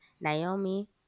Naomi